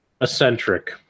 eccentric